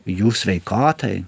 jų sveikatai